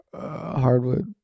hardwood